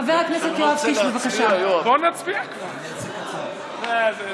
חבר הכנסת יואב קיש, בבקשה, שלוש דקות לרשותך.